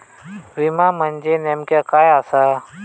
विमा म्हणजे नेमक्या काय आसा?